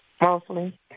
Mostly